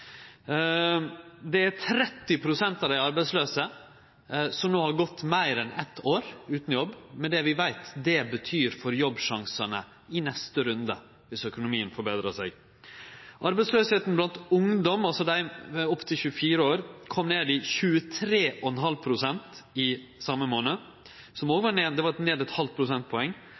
Det er 30 pst. av dei arbeidslause som no har gått meir enn eitt år utan jobb, med det vi veit det betyr for jobbsjansane i neste runde dersom økonomien forbetrar seg. Arbeidsløysa blant ungdom, altså dei opp til 24 år, var 23,5 pst. i same månad, som òg var ned – det var ned eit halvt prosentpoeng.